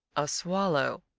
a swallow,